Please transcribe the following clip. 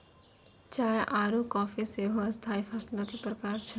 चाय आरु काफी सेहो स्थाई फसलो के प्रकार छै